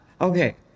okay